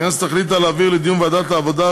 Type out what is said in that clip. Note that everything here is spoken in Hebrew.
הכנסת החליטה להעביר מוועדת העבודה,